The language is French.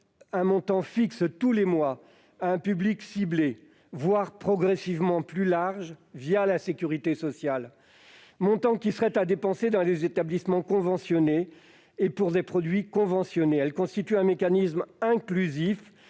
un montant fixe tous les mois à un public ciblé, voire progressivement élargi, la sécurité sociale. Ce montant serait à dépenser dans les établissements conventionnés et pour des produits conventionnés. Il s'agirait d'un mécanisme inclusif,